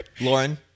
Lauren